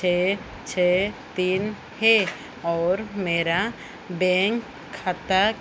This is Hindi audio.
छः छः तीन है और मेरा बेंक खाता